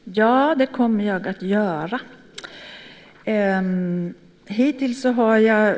Herr talman! Ja, det kommer jag att göra. Hittills har jag